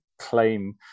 claim